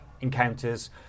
encounters